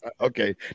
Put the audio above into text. Okay